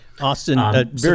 Austin